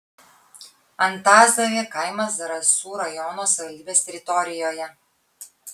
antazavė kaimas zarasų rajono savivaldybės teritorijoje